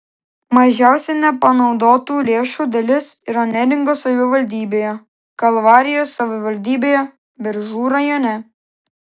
mažiausia nepanaudotų lėšų dalis yra neringos savivaldybėje kalvarijos savivaldybėje biržų rajone